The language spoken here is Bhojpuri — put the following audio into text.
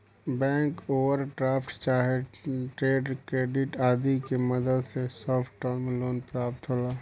बैंक ओवरड्राफ्ट चाहे ट्रेड क्रेडिट आदि के मदद से शॉर्ट टर्म लोन प्राप्त होला